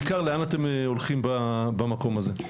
ובעיקר לאן אתם הולכים במקום הזה.